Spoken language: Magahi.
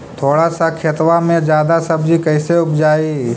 थोड़ा सा खेतबा में जादा सब्ज़ी कैसे उपजाई?